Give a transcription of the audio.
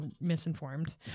misinformed